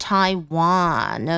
Taiwan